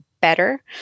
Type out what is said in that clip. better